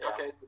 Okay